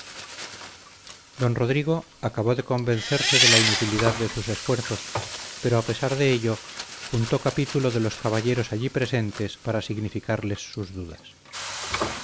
don rodrigo acabó de convencerse de la inutilidad de sus esfuerzos pero a pesar de ello juntó capítulo de los caballeros allí presentes para significarles sus dudas